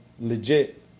legit